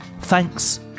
Thanks